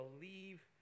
believe